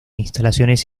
instalaciones